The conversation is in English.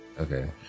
Okay